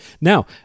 now